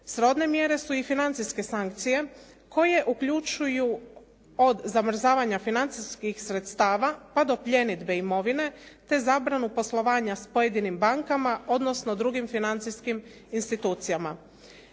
Srodne mjere su i financijske sankcije koje uključuju od zamrzavanja financijskih sredstava pa do pljenidbe imovine te zabranu poslovanja s pojedinim bankama, odnosno drugim financijskim institucijama.